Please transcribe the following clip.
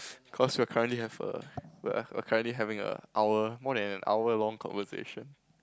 cause you're currently have a err we're currently having a hour more than an hour long conversation